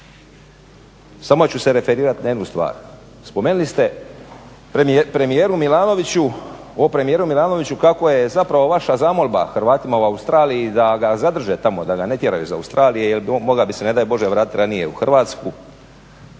samo ću se referirati na jednu stvar. Spomenuli ste o premijeru Milanoviću kako je zapravo vaša zamolba Hrvatima u Australiji da ga zadrže tamo, da ga ne tjeraju iz Australije jer mogao bi se ne daj Bože vratiti ranije u Hrvatsku.